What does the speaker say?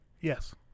Yes